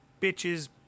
bitches